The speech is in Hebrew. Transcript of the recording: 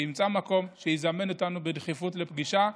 שימצא מקום ושיזמן אותנו בדחיפות לפגישה.